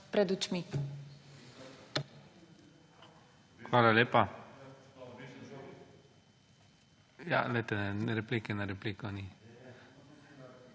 Hvala lepa.